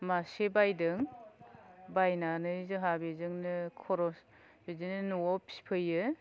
मासे बायदों बायनानै जोंहा बेजोंनो खरस बिदिनो न'आव फिफैयो